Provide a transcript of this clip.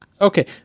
Okay